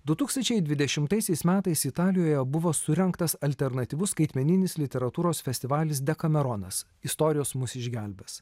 du tūkstančiai dvidešimtaisiais metais italijoje buvo surengtas alternatyvus skaitmeninis literatūros festivalis dekameronas istorijos mus išgelbės